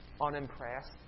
unimpressed